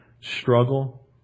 struggle